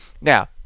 Now